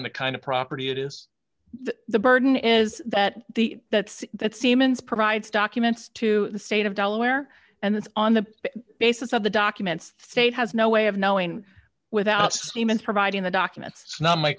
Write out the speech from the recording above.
on the kind of property it is the burden is that the that's that siemens provides documents to the state of delaware and it's on the basis of the documents fate has no way of knowing without seeming providing the documents